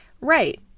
right